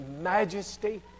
majesty